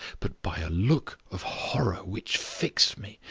but by a look of horror which fixed me,